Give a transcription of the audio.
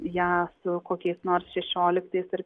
ją su kokiais nors šešioliktais ir